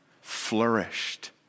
flourished